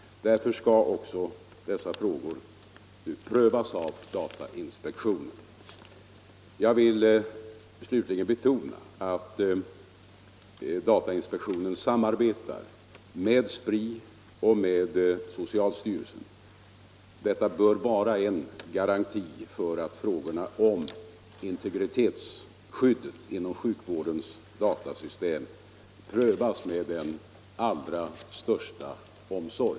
Därför skall också dessa frågor prövas av datainspektionen. Jag vill slutligen betona att datainspektionen samarbetar med SPRI och med socialstyrelsen. Detta bör vara en garanti för att frågorna om integritetsskyddet inom sjukvårdens datasystem prövas med den allra största omsorg.